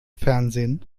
fernsehen